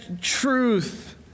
truth